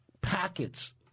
packets